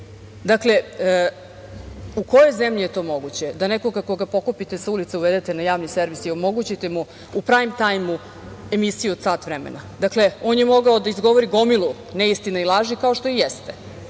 U kojoj zemlji je to moguće, da nekoga koga pokupite sa ulice uvedete na javni servis i omogućite mu u "prajm-tajmu" emisiju od sat vremena? Dakle, on je mogao da izgovori gomilu neistina i laži, kao što i jeste.